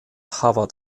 harvard